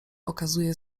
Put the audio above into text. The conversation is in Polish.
okazuje